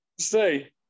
Say